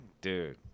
Dude